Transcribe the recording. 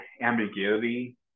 ambiguity